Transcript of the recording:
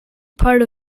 part